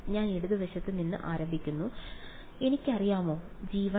ഞാൻ ഇടതുവശത്ത് നിന്ന് ആരംഭിക്കുന്നു എനിക്കറിയാമോ g1